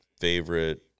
favorite